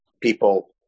people